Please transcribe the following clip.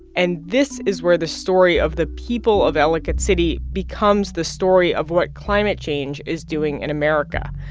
and this is where the story of the people of ellicott city becomes the story of what climate change is doing in america.